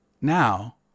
now